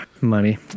money